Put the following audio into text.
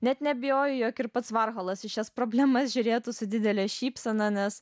net neabejoju jog ir pats varholoas į šias problemas žiūrėtų su didele šypsena nes